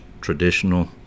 traditional